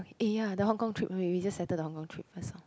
eh ya the Hong-Kong trip we we just settle the Hong-Kong trip first